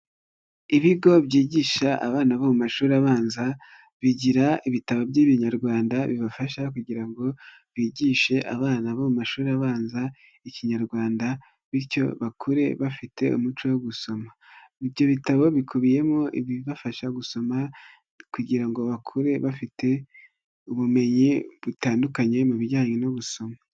Ibigo byigisha abana bo mu mashuri abanza bigira ibitabo by'ibinyarwanda bibafasha kugira ngo bigishe abana bo mu mashuri abanza ikinyarwanda bityo bakure bafite umuco wo gusoma, ibyo bitabo bikubiyemo ibibafasha gusoma kugira ngo bakure bafite ubumenyi butandukanye mu bijyanye no gusoma.